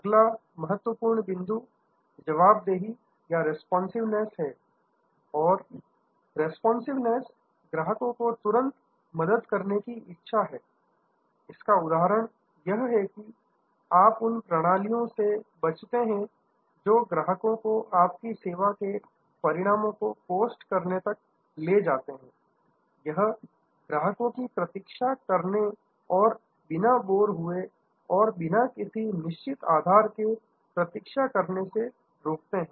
अगला महत्वपूर्ण बिंदु रेस्पॉन्सिवनेस जवाबदेही है और रेस्पॉन्सिवनेस ग्राहकों को तुरंत मदद करने की इच्छा है इसका उदाहरण यह है कि आप उन प्रणालियों से बचते हैं जो ग्राहकों को आपकी सेवा के परिणामों को पोस्ट करने तक ले जाते हैं यह ग्राहकों को प्रतीक्षा करने और बिना बोर हुए और बिना किसी निश्चित आधार के प्रतीक्षा करने से रोकते हैं